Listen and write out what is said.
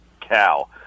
cow